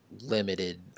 limited